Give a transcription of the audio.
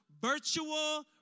Virtual